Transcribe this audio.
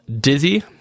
dizzy